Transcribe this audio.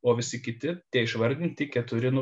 o visi kiti tie išvardinti keturi nu